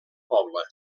poble